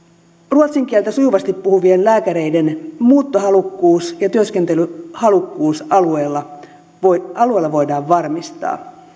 ruotsin kieltä sujuvasti puhuvien lääkäreiden muuttohalukkuus ja työskentelyhalukkuus alueella voidaan varmistaa